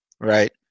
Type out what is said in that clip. right